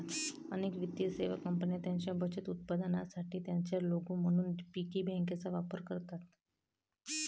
अनेक वित्तीय सेवा कंपन्या त्यांच्या बचत उत्पादनांसाठी त्यांचा लोगो म्हणून पिगी बँकांचा वापर करतात